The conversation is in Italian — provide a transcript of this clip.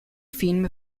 film